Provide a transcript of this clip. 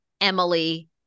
Emily